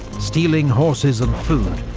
stealing horses and food,